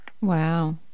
Wow